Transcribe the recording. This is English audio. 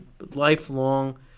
lifelong